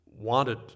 wanted